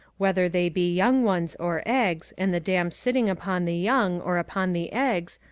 whether they be young ones, or eggs, and the dam sitting upon the young, or upon the eggs,